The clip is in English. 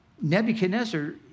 Nebuchadnezzar